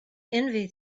envy